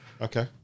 Okay